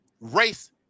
race